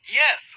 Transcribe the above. yes